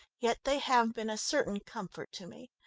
yet they have been a certain comfort to me.